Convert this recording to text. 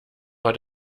war